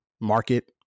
market